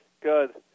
good